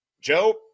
Joe